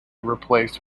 replaced